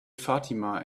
fatima